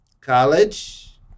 College